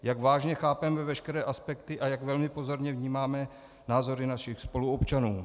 Jak vážně chápeme veškeré aspekty a jak velmi pozorně vnímáme názory našich spoluobčanů.